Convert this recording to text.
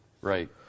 Right